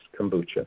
kombucha